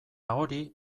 hori